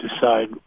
decide